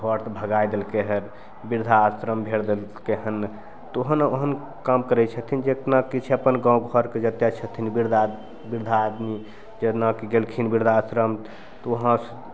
घर से भगै देलकै हँ वृद्धा आश्रम भेजि देलकै हँ तऽ ओहन ओहन काम करै छथिन जतना किछु अपन गामघरके जतेक छथिन वृद्धा वृद्धा आदमी जेनाकि गेलखिन वृद्धा आश्रम तऽ वहाँ